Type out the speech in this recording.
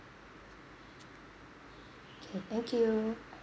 K thank you